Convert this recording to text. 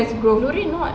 west grove